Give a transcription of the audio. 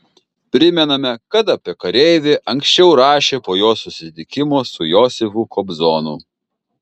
primename kad apie kareivį anksčiau rašė po jo susitikimo su josifu kobzonu